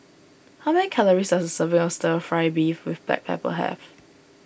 how many calories does a serving of Stir Fry Beef with Black Pepper have